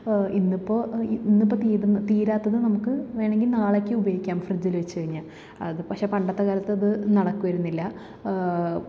ഇന്നിപ്പോൾ ഇന്നിപ്പം തീരുന്നത് തീരാത്തത് നമുക്ക് വേണമെങ്കിൽ നാളേക്ക് ഉപയോഗിക്കാം ഫ്രിഡ്ജിൽ വച്ച് കഴിഞ്ഞാൽ അത് പക്ഷേ പണ്ടത്തെ കാലത്തത് നടക്കുവായിരുന്നില്ല